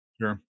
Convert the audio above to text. Sure